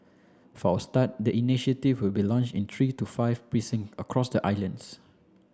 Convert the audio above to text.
for a start the initiative will be launched in three to five precincts across the islands